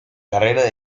carrera